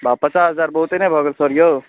पचास हजार बहुते नहि भऽ गेल सर यौ